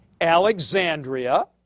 Alexandria